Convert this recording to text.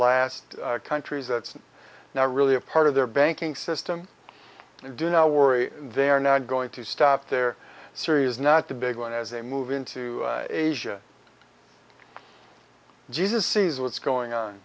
last countries that's not really a part of their banking system do not worry they are not going to stop their series not the big one as they move into asia jesus sees what's going on